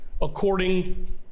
according